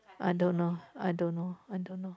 I don't know I don't know I don't know